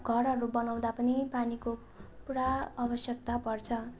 घरहरू बनाउँदा पनि पानीको पुरा आवश्यकता पर्छ